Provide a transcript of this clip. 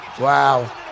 Wow